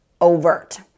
overt